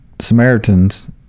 Samaritans